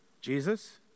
Jesus